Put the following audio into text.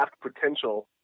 potential